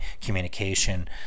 communication